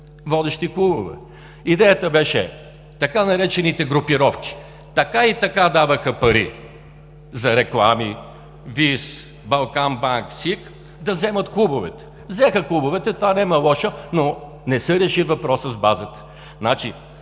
водещи клубове. Идеята беше така наречените „групировки“ така и така даваха пари за реклами – ВИС, „Балканбанк“, СИК, да вземат клубовете. Взеха клубовете, в това няма лошо, но не се реши въпросът с базата.